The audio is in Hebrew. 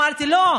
אמרתי: לא.